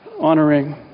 honoring